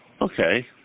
Okay